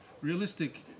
realistic